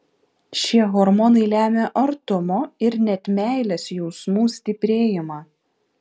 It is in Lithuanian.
šie hormonai lemia artumo ir net meilės jausmų stiprėjimą